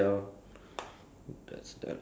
I no free time so